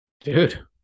Dude